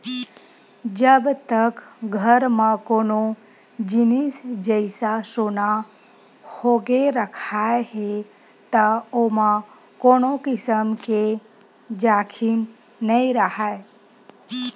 जब तक घर म कोनो जिनिस जइसा सोना होगे रखाय हे त ओमा कोनो किसम के जाखिम नइ राहय